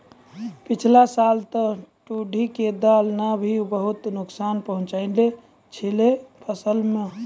पिछला साल तॅ टिड्ढी के दल नॅ भी बहुत नुकसान पहुँचैने छेलै फसल मॅ